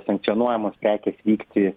sankcionuojamos prekės vykti